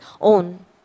own